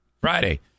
Friday